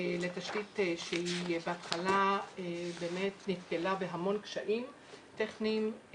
לתשתית שהיא בהתחלה באמת נתקלה בהמון קשיים טכניים,